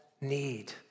need